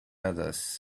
others